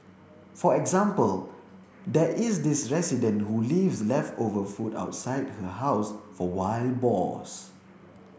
for example there is this resident who leaves leftover food outside her house for wild boars